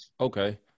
Okay